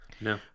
No